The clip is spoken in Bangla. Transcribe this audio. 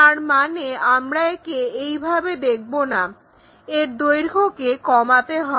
তার মানে আমরা একে এইভাবে দেখবো না এর দৈর্ঘ্যকে কমাতে হবে